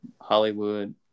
Hollywood